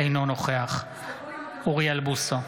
אינו נוכח אוריאל בוסו,